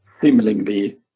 seemingly